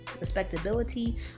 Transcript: respectability